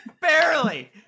Barely